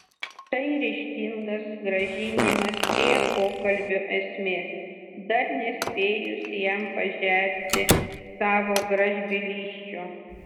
tai ryžtingas grąžinimas prie pokalbio esmės dar nespėjus jam pažerti savo gražbylysčių